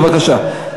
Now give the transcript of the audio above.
בבקשה.